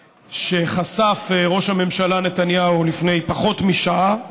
שחשף ראש הממשלה נתניהו לפני פחות משעה,